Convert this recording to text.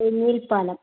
എണ്ണുവരിപ്പാലം